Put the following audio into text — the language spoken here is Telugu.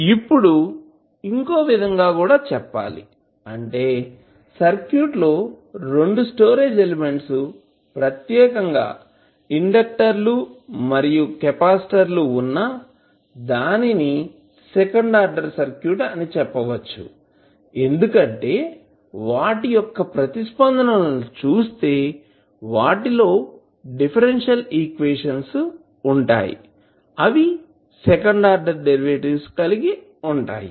ఇప్పుడు ఇంకో విధంగా కూడా చెప్పాలి అంటే సర్క్యూట్ లో 2 స్టోరేజ్ ఎలిమెంట్స్ ప్రత్యేకంగా ఇండక్టర్లు మరియు కెపాసిటర్లు వున్నా దాన్ని సెకండ్ ఆర్డర్ సర్క్యూట్ అని చెప్పవచ్చు ఎందుకంటే వాటి యొక్క ప్రతిస్పందనలను చూస్తే వాటిలో డిఫరెన్షియల్ ఈక్వేషన్స్ ఉంటాయి అవి సెకండ్ ఆర్డర్ డెరివేటివ్స్ కలిగి ఉంటాయి